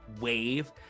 wave